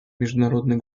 международный